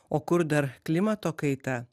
o kur dar klimato kaita